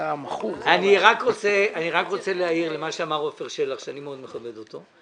אני רוצה להעיר לדבריו של עפר שלח שאני מאוד מכבד אותו.